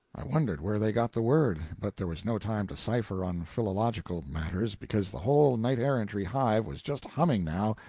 i wondered where they got the word, but there was no time to cipher on philological matters, because the whole knight-errantry hive was just humming now,